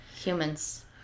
humans